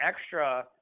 extra